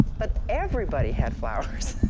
but everybody had flowers,